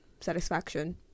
satisfaction